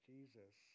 Jesus